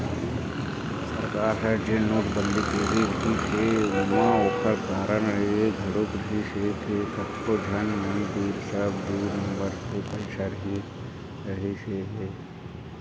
सरकार ह जेन नोटबंदी करे रिहिस हे ओमा ओखर कारन ये घलोक रिहिस हे के कतको झन मन तीर सब दू नंबर के पइसा रहिसे हे